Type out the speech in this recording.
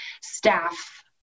staff